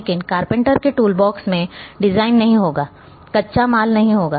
लेकिन कारपेंटर के टूलबॉक्स में डिजाइन नहीं होगा कच्चा माल नहीं होगा